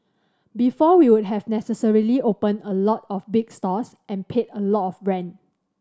before we would have necessarily opened a lot of big stores and paid a lot of rent